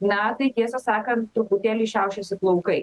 na tai tiesą sakant truputėlį šiaušiasi plaukai